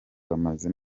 bameze